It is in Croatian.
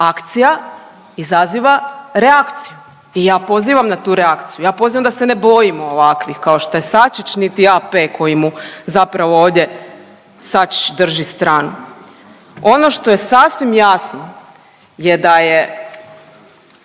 Akcija izaziva reakciju. I ja pozivam na tu reakciju, ja pozivam da se ne bojimo ovakvih kao što je Sačić niti AP koji mu zapravo ovdje Sačić drži stranu. Ono što je sasvim jasno je da je